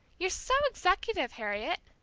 you're so executive, harriet!